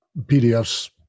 PDFs